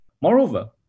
Moreover